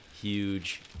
huge